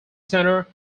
center